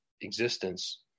existence